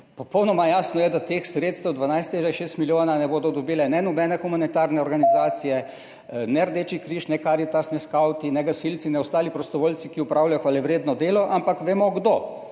Popolnoma jasno je, da teh sredstev, 12,6 milijona evrov, ne bodo dobile nobene humanitarne organizacije, ne Rdeči križ, ne Karitas, ne skavti, ne gasilci, ne ostali prostovoljci, ki opravljajo hvalevredno delo, ampak vemo, kdo,